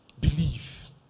Believe